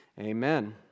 amen